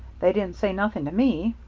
they didn't say nothing to me.